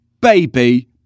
baby